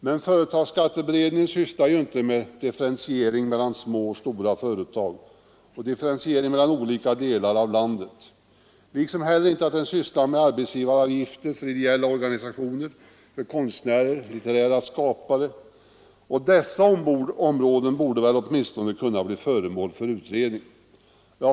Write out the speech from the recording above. Men företagsskatteberedningen sysslar inte med differentiering mellan små och stora företag och mellan olika delar av landet och inte heller med arbetsgivaravgifter för ideella organisationer eller för konstnärer och litterära skapare, och dessa områden borde väl kunna bli föremål för utredning.